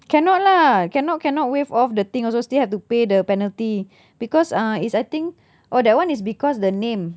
cannot lah cannot cannot waive off the thing also still have to pay the penalty because uh it's I think oh that one is because the name